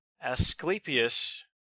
Asclepius